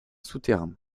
souterrain